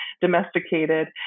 domesticated